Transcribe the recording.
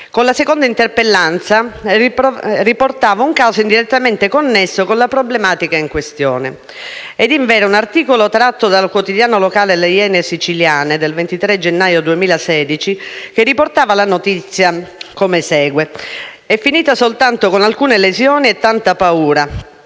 con la seconda interpellanza riportavo un caso indirettamente connesso con la problematica in questione. Ed, invero, un articolo tratto dal quotidiano locale «Le iene sicule» del 23 gennaio 2016 riportava la notizia: «È finita soltanto con alcune lesioni e tanta paura: